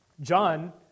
John